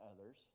others